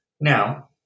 Now